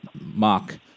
Mark